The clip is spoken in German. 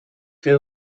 will